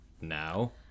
now